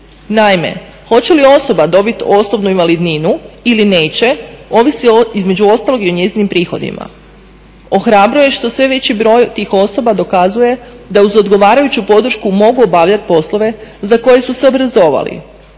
Naime, hoće li osoba dobit osobnu invalidninu ili neće ovisi između ostalog i o njezinim prihodima. Ohrabruje što sve veći broj tih osoba dokazuje da uz odgovarajuću podršku mogu obavljat poslove za koje su se obrazovali.